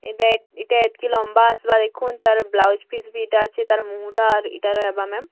ଏଇଟା ଏଇଟା ଏତ୍କି ଲମ୍ବା ଆସ୍ବା ଦେଖୁନ୍ ତା'ର୍ ବ୍ଲାଉଜ୍ ପିସ୍ ବି ଏଇଟା ଅଛି ତାର୍ ମୁହଁଟା ଏଇଟା ରହିବା ମ୍ୟାମ୍